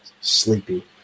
sleepy